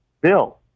Bill